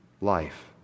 life